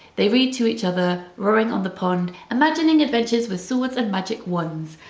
they read to each other rowing on the pond, imagining adventures with swords and magic wands.